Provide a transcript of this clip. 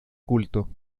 culto